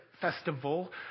festival